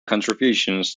contributions